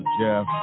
Jeff